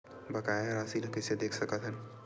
बकाया राशि ला कइसे देख सकत हान?